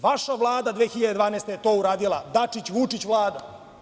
Vaša Vlada 2012. godine je to uradila Dačić-Vučić Vlada.